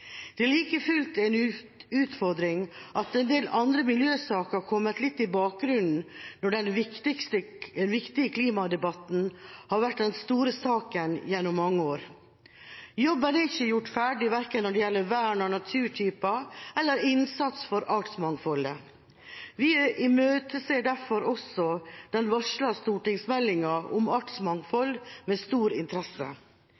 Det er like fullt en utfordring at en del andre miljøsaker er kommet litt i bakgrunnen når den viktige klimadebatten har vært den store saken gjennom mange år. Jobben er ikke gjort ferdig, verken når det gjelder vern av naturtyper eller innsats for artsmangfoldet. Vi imøteser derfor også den varslede stortingsmeldingen om artsmangfold med stor interesse.